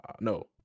No